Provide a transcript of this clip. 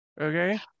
okay